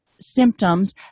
symptoms